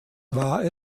war